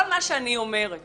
כל מה שאני אומרת